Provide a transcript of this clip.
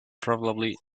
probably